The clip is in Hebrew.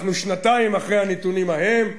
אנחנו שנתיים אחרי הנתונים ההם,